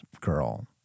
girl